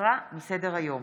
הוסרה מסדר-היום.